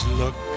look